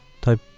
type